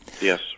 Yes